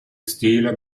stile